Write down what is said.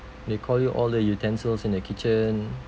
they call you all the utensils in the kitchen